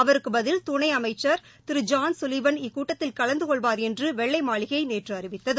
அவருக்குப் பதில் துணைஅமைச்ச் திரு ஜான் கலீவன் இக்கூட்டத்தில் கலந்துகொள்வார் என்றுவெள்ளைமாளிகைநேற்றுஅறிவத்தது